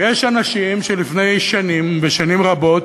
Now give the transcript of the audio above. ויש אנשים שלפני שנים, שנים רבות,